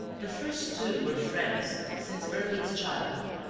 the first two were friends since earliest childhood.